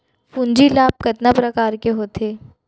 पूंजी लाभ कतना प्रकार के होथे?